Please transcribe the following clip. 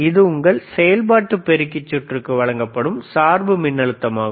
இது உங்கள் செயல்பாட்டு பெருக்கி சுற்றுக்கு வழங்கப்படும் சார்பு மின்னழுத்தமாகும்